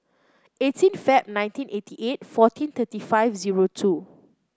eighteen Feb nineteen eighty eight fourteen thirty five zero two